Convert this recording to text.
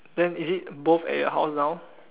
then is it both at your house now